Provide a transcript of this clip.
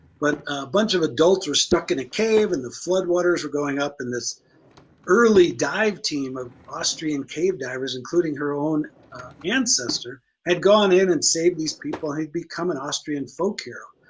but a bunch of adults were stuck in a cave and the flood waters were going up, and this early dive team of austrian cave divers including her own ancestor had gone in and saved these people had become an austrian folk hero.